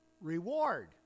reward